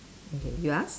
okay you ask